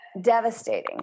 devastating